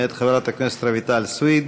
מאת חברת הכנסת רויטל סויד.